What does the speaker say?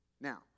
Now